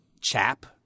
chap